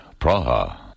Praha